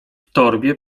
torbie